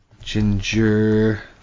Ginger